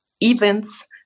events